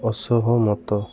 ଅସହମତ